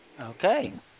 Okay